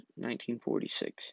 1946